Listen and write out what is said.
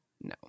No